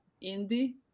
indy